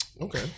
Okay